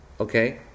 okay